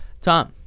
Tom